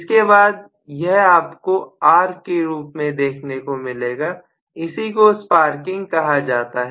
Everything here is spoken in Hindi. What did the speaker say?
इसके बाद यह आपको आर्क के रूप में देखने को मिलेगी इसी को स्पार्किंग कहा जाता है